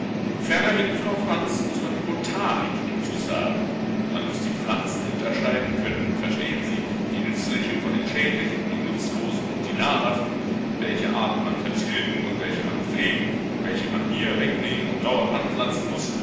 fernerhin frau franz muß man die botanik intus haben man muß die pflanzen unterscheiden können verstehen sie die nützlichen von den schädlichen die nutzlosen und die nahrhaften welche arten man vertilgen und welche man pflegen welche man hier wegnehmen und dort anpflanzen muß